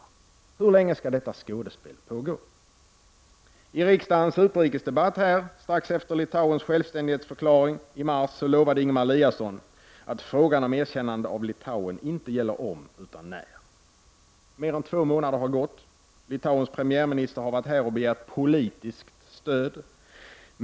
Hur länge skall detta skådespel pågå? mars lovade Ingemar Eliasson att frågan om erkännade av Litauen inte gäller ”om” utan ”när”. Mer än två månader har gått sedan dess. Litauens premiärminister har varit här och begärt politiskt stöd.